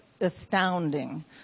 astounding